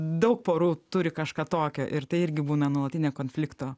daug porų turi kažką tokio ir tai irgi būna nuolatinio konflikto